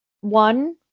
one